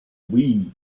wii